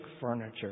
furniture